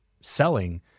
selling